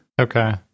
Okay